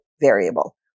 variable